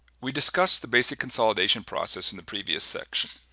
we discussed the basic consolidation process in the previous section.